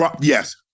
Yes